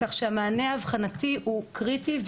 כך שהמענה האבחנתי הוא קריטי,